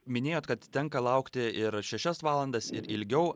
minėjot kad tenka laukti ir šešias valandas ir ilgiau